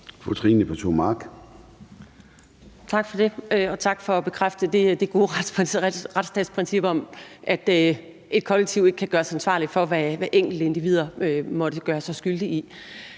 Tak for det. Og tak for at bekræfte det gode retsstatsprincip om, at et kollektiv ikke kan gøres ansvarlig for, hvad enkeltindivider måtte gøre sig skyldige i.